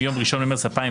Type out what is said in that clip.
מיום 1 במרץ 2009